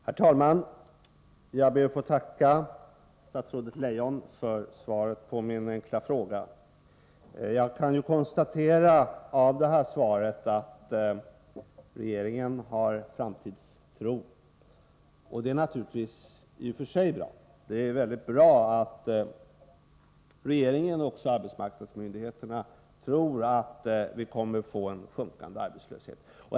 Herr talman! Jag ber att få tacka statsrådet Leijon för svaret på min fråga. På grundval av svaret kan jag konstatera att regeringen har framtidstro, och det är i och för sig bra. Det är mycket bra att regeringen och arbetsmarknadsmyndigheterna tror att vi kommer att få en sjunkande arbetslöshet.